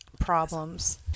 problems